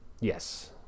Yes